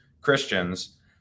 Christians